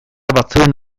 batzuen